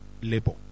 labor